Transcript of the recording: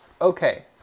Okay